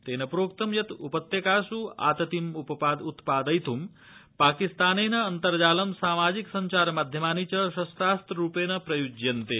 तेन प्रोक्त यत् उपत्यकास् आतितम् उत्पादयित् पाकिस्तानेन अन्तर्जालं सामाजिक सब्चार माध्यमानि च शस्त्रास्त्ररूपेण प्रय्ज्यन्ते